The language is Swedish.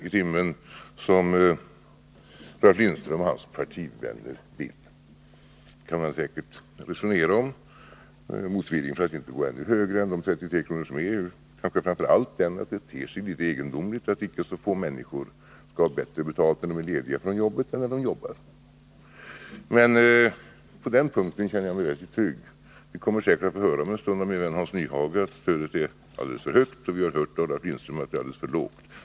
i timmen, som Ralf Lindström och hans partivänner vill? Detta kan man säkert resonera om. Motiveringen för att vi inte har gått ännu högre än de 33 kr. vi nu föreslår är kanske framför allt att det ter sig litet egendomligt att icke så få människor skall ha bättre betalt när de är lediga från jobbet än när de jobbar. Men på denna punkt känner jag mig ganska trygg. Vi kommer säkert att om en stund av Hans Nyhage få höra att stödet är alldeles för högt, och vi har av Ralf Lindström hört att det är alldeles för lågt.